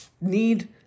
need